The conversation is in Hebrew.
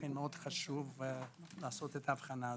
לכן מאוד חשוב לעשות את ההבחנה הזאת.